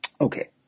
Okay